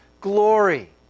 glory